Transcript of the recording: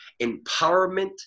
empowerment